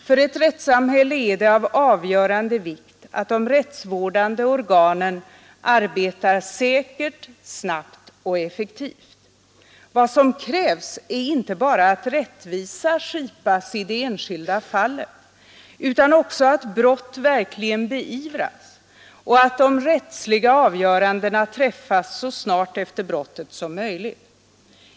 För ett rättssamhälle är det av avgörande vikt att de rättsvårdande organen arbetar säkert, snabbt och effektivt. Vad som krävs är inte bara att rättvisa skipas i det enskilda fallet utan också att brott verkligen beivras och att de rättsliga avgörandena träffas så snart efter brottet som möjligt.